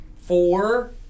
four